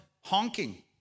honking